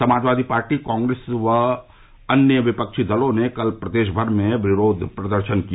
Samajwadi party Congress व अन्य विपक्षी दलों ने कल प्रदेश भर में विरोध प्रदर्शन किया